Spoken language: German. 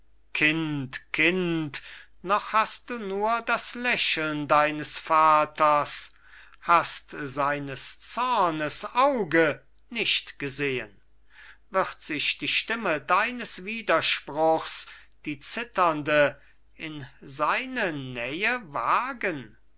kind kind noch hast du nur das lächeln deines vaters hast seines zornes auge nicht gesehen wird sich die stimme deines widerspruchs die zitternde in seine nähe wagen